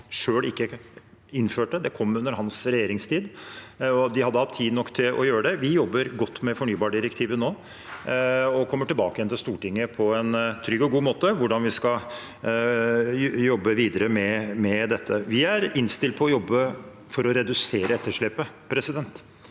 selv ikke innførte. Det kom under hans regjeringstid, og de hadde hatt tid nok til å gjøre det. Vi jobber godt med fornybardirektivet nå og kommer tilbake til Stortinget på en trygg og god måte med hvordan vi skal jobbe videre med dette. Vi er innstilt på å jobbe for å redusere etterslepet. Det